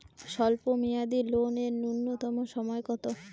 স্বল্প মেয়াদী লোন এর নূন্যতম সময় কতো?